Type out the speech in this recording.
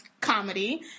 comedy